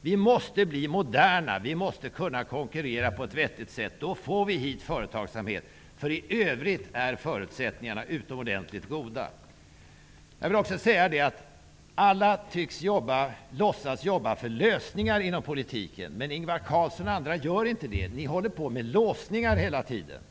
Vi måste bli moderna. Vi måste kunna konkurrera på ett vettigt sätt. Då får vi hit företagsamhet. I övrigt är förutsättningarna utomordentligt goda. Alla tycks låtsas jobba för lösningar inom politiken. Men Ingvar Carlsson och andra gör inte det. Ni håller hela tiden på med låsningar.